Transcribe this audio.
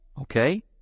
Okay